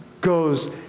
goes